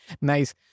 Nice